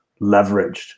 leveraged